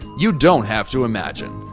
you don't have to imagine.